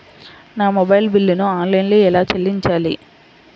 నా మొబైల్ బిల్లును ఆన్లైన్లో ఎలా చెల్లించాలి?